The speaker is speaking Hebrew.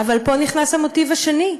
אבל פה נכנס המוטיב השני,